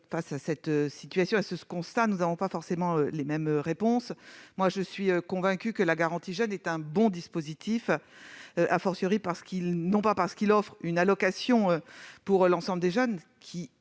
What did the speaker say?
Face à cette situation, nous n'avons pas forcément les mêmes réponses. Moi, je suis convaincue que la garantie jeunes est un bon dispositif, pas seulement parce qu'il offre une allocation pour l'ensemble des jeunes-